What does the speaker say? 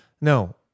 No